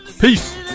Peace